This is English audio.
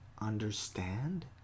understand